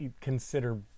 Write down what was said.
consider